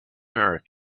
earth